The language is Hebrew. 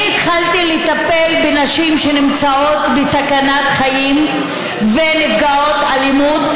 אני התחלתי לטפל בנשים שנמצאות בסכנת חיים ונפגעות אלימות